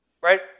Right